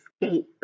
escape